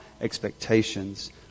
expectations